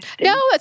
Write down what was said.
No